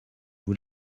vous